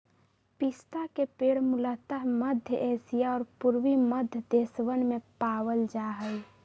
पिस्ता के पेड़ मूलतः मध्य एशिया और पूर्वी मध्य देशवन में पावल जा हई